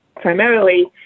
primarily